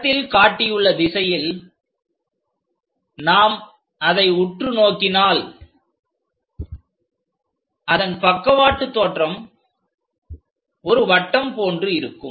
படத்தில் காட்டியுள்ள திசையில் அதை உற்று நோக்கினால் அதன் பக்கவாட்டு தோற்றம் ஒரு வட்டம் போன்று இருக்கும்